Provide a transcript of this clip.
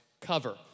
cover